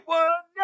one